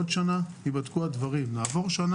עוד שנה ייבדקו הדברים.